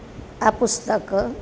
આ પુસ્તક